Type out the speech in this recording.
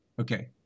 Okay